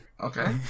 Okay